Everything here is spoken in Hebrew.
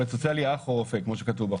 עובד סוציאלי, אח או רופא, כמו שכתוב בחוק.